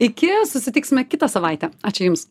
iki susitiksime kitą savaitę ačiū jums